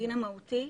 הדין המהותי,